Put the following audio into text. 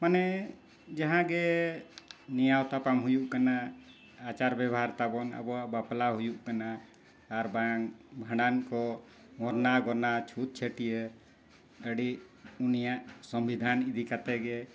ᱢᱟᱱᱮ ᱡᱟᱦᱟᱸ ᱜᱮ ᱱᱮᱭᱟᱣ ᱛᱟᱯᱟᱢ ᱦᱩᱭᱩᱜ ᱠᱟᱱᱟ ᱟᱪᱟᱨ ᱵᱮᱵᱚᱦᱟᱨ ᱛᱟᱵᱚᱱ ᱟᱵᱚᱣᱟᱜ ᱵᱟᱯᱞᱟ ᱦᱩᱭᱩᱜ ᱠᱟᱱᱟ ᱟᱨ ᱵᱟᱝ ᱵᱷᱟᱸᱰᱟᱱ ᱠᱚ ᱢᱚᱨᱱᱟ ᱜᱩᱨᱱᱟ ᱪᱷᱩᱛ ᱪᱷᱟᱹᱴᱭᱟᱹᱨ ᱟᱹᱰᱤ ᱩᱱᱤᱭᱟᱜ ᱥᱚᱝᱵᱤᱫᱷᱟᱱ ᱤᱫᱤ ᱠᱟᱛᱮ ᱜᱮ